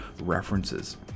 references